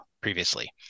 previously